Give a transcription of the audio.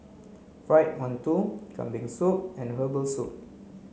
fried Mantou Kambing Soup and herbal soup